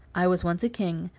i was once a king,